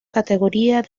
categoría